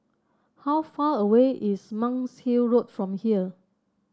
how far away is Monk's Hill Road from here